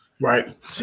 right